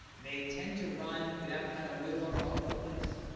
they tend to run without kind of wiggling all over the place.